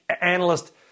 analyst